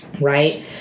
right